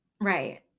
Right